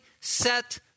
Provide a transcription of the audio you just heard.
set